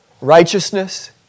righteousness